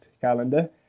calendar